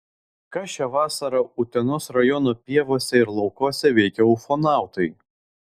ką šią vasarą utenos rajono pievose ir laukuose veikė ufonautai